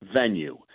venue